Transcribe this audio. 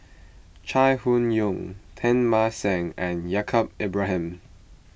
Chai Hon Yoong Teng Mah Seng and Yaacob Ibrahim